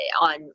on